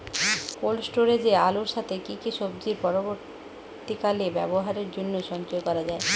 Cold স্টোরেজে আলুর সাথে কি কি সবজি পরবর্তীকালে ব্যবহারের জন্য সঞ্চয় করা যায়?